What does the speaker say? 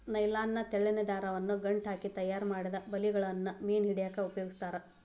nylon ನ ತೆಳ್ಳನ ದಾರವನ್ನ ಗಂಟ ಹಾಕಿ ತಯಾರಿಮಾಡಿದ ಬಲಿಗಳನ್ನ ಮೇನ್ ಹಿಡ್ಯಾಕ್ ಉಪಯೋಗಸ್ತಾರ